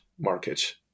market